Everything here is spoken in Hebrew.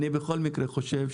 אדוני יושב הראש,